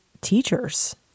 teachers